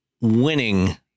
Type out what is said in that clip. winning